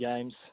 games